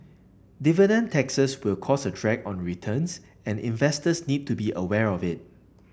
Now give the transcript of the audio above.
dividend taxes will cause a drag on returns and investors need to be aware of it